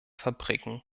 fabriken